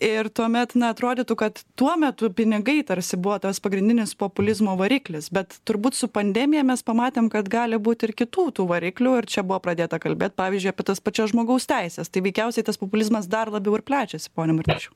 ir tuomet na atrodytų kad tuo metu pinigai tarsi buvo tas pagrindinis populizmo variklis bet turbūt su pandemija mes pamatėm kad gali būt ir kitų tų variklių ir čia buvo pradėta kalbėt pavyzdžiui apie tas pačias žmogaus teises tai veikiausiai tas populizmas dar labiau ir plečiasi pone martišiau